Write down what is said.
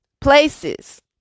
places